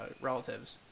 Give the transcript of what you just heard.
relatives